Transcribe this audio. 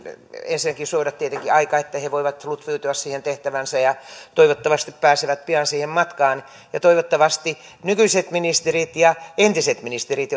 ensinnäkin suoda tietenkin aikaa että he voivat lutviutua siihen tehtäväänsä ja toivottavasti päästä pian siihen matkaan toivottavasti myös nykyiset ministerit ja entiset ministerit